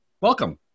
Welcome